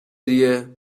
دیگه